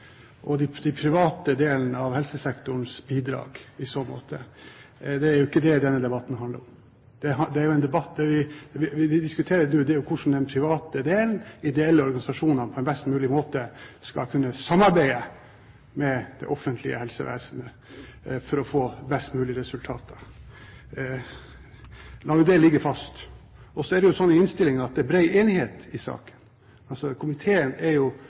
er jo ikke det denne debatten handler om. Det vi diskuterer nå, er hvordan den private delen, ideelle organisasjoner, på en best mulig måte skal kunne samarbeide med det offentlige helsevesenet for å få best mulige resultater. La nå det ligge fast. I innstillingen er det bred enighet i saken. Komiteen er langt på vei enig i at det er viktig at man får til en overenskomst, et partnerskap, et samarbeid – gjerne forpliktende og tydelig formulert – og at man går i